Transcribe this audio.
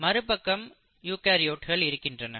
மறுபக்கம் யூகரியோட்கள் இருக்கின்றன